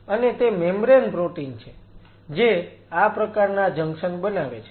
અને તે membrane protein છે જે આ પ્રકારના જંકશન બનાવે છે